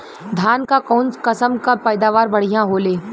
धान क कऊन कसमक पैदावार बढ़िया होले?